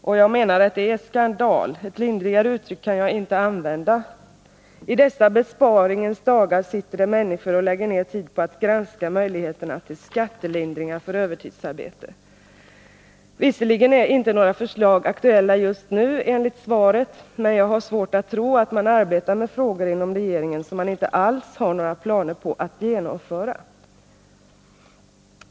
Enligt min mening är det skandal — ett lindrigare uttryck kan jag inte använda. I dessa besparingens dagar sitter det människor och lägger ned tid på att granska möjligheterna till skattelindringar för övertidsarbete. Visserligen är enligt svaret inte några förslag aktuella just nu, men jag har svårt att tro att man inom regeringen arbetar med saker som man inte alls har några planer på att genomföra.